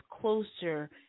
closer